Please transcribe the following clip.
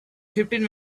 fifteen